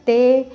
ਅਤੇ